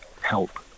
help